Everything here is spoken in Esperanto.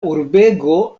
urbego